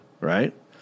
right